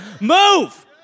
Move